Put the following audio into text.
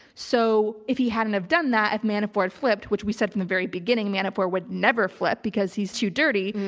so if he hadn't have done that and manafort flipped, which we said from the very beginning, manafort would never flip because he's too dirty.